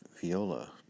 viola